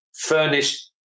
furnished